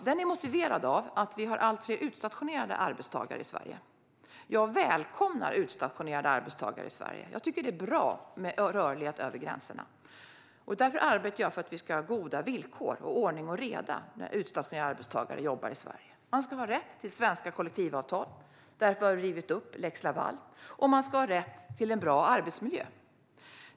Den är motiverad av att vi har allt fler utstationerade arbetstagare i Sverige. Jag välkomnar utstationerade arbetstagare i Sverige. Jag tycker att det är bra med rörlighet över gränserna. Därför arbetar jag för att vi ska ha goda villkor och ordning och reda för utstationerade arbetstagare i Sverige. Man ska ha rätt till svenska kollektivavtal - därför har vi rivit upp lex Laval - och man ska ha rätt till en bra arbetsmiljö.